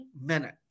minutes